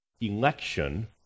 election